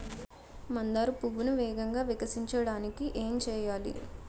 మందార పువ్వును వేగంగా వికసించడానికి ఏం చేయాలి?